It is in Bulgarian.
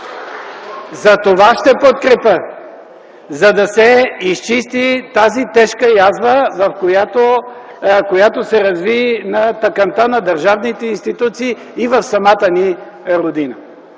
Затова ще подкрепя, за да се изчисти тази тежка язва, която се разви на тъканта на държавните институции и в самата ни родина.